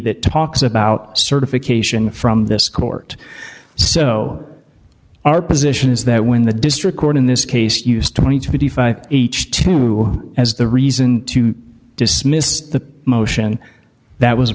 that talks about certification from this court so our position is that when the district court in this case used twenty twenty five h two as the reason to dismiss the motion that was